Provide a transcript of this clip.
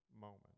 moment